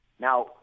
Now